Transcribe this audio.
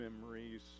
memories